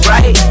Right